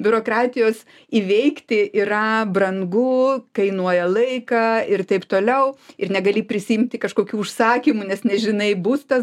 biurokratijos įveikti yra brangu kainuoja laiką ir taip toliau ir negali prisiimti kažkokių užsakymų nes nežinai bus tas